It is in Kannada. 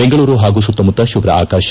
ಬೆಂಗಳೂರು ಹಾಗೂ ಸುತ್ತಮುತ್ತ ಶುಭ್ಧ ಆಕಾಶ